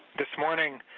this morning,